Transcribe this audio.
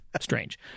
strange